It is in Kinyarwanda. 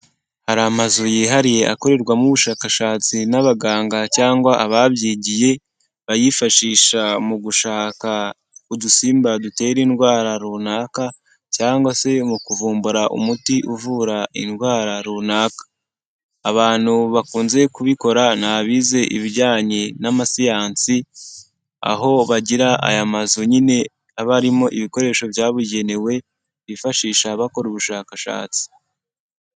Hari amazu yihariye akorerwamo ubushakashatsi n'abaganga cyangwa ababyigiye, bayifashisha mu gushaka udusimba dutera indwara runaka, cyangwa se mu kuvumbura umuti uvura indwara runaka. Abantu bakunze kubikora ni abize ibijyanye n'amasiyansi, aho bagira aya mazu nyine aba arimo ibikoresho byabugenewe, bifashisha bakora ubushakashatsi.